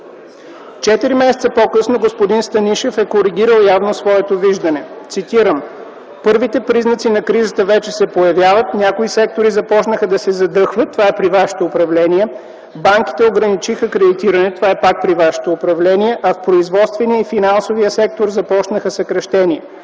Четири месеца по-късно господин Станишев е коригирал явно своето виждане, цитирам: „Първите признаци на кризата вече се появяват. Някои сектори започнаха да се задъхват.” – това е при вашето управление. „Банките ограничиха кредитирането” – това е пак при вашето управление, „а в производствения и финансовия сектор започнаха съкращения.